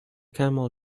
camel